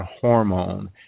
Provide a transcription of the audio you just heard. hormone